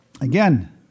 Again